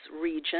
region